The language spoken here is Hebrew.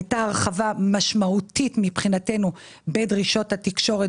הייתה הרחבה משמעותית מבחינתנו בדרישות התקשורת